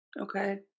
okay